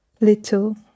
little